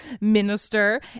minister